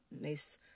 nice